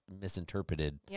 misinterpreted